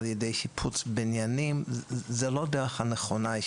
על ידי שיפוץ בניינים זאת לא הדרך הנכונה.